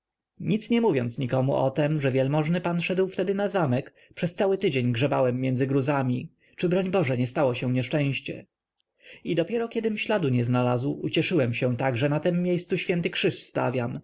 nic nie mówiąc nikomu o tem że wielmożny pan szedł wtedy na zamek przez cały tydzień grzebałem między gruzami czy broń boże nie stało się nieszczęście i dopiero kiedym śladu nie znalazł ucieszyłem się tak że na tem miejscu święty